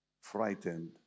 frightened